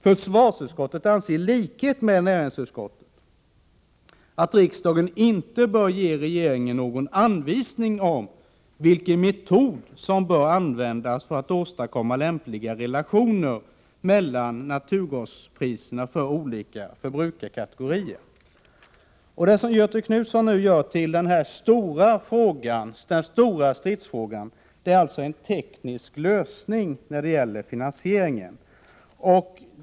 Försvarsutskottet anser i likhet med näringsutskottet att riksdagen inte bör ge regeringen någon anvisning om vilken metod som bör användas för att åstadkomma lämpliga relationer mellan naturgaspriserna för olika förbrukarkategorier.” Det som Göthe Knutson nu gör till en stor stidsfråga är alltså en teknisk lösning när det gäller finansieringen.